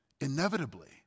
inevitably